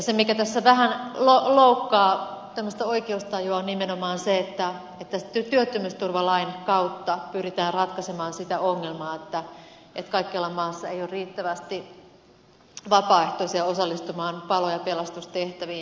se mikä tässä vähän loukkaa tämmöistä oikeustajua on nimenomaan se että työttömyysturvalain kautta pyritään ratkaisemaan sitä ongelmaa että kaikkialla maassa ei ole riittävästi vapaaehtoisia osallistumaan palo ja pelastustehtäviin